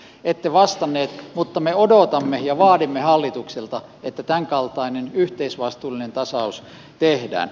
ette vastannut mutta me odotamme ja vaadimme hallitukselta että tämän kaltainen yhteisvastuullinen tasaus tehdään